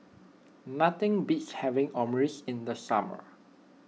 nothing beats having Omurice in the summer